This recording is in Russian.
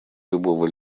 любого